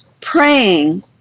praying